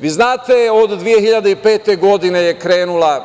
Vi znate, od 2005. je krenula,